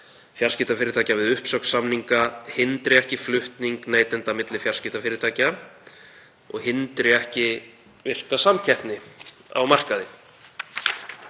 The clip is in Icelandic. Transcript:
fjarskiptafyrirtækja við uppsögn samninga hindri ekki flutning neytenda milli fjarskiptafyrirtækja og hindri ekki virka samkeppni á markaði.